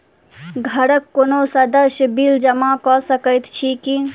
घरक कोनो सदस्यक बिल जमा कऽ सकैत छी की?